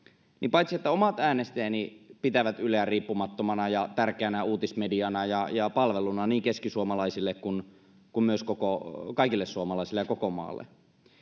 paitsi että omat äänestäjäni pitävät yleä riippumattomana ja tärkeänä uutismediana ja ja palveluna niin keskisuomalaisille kuin myös kaikille suomalaisille ja koko maalle